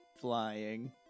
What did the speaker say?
flying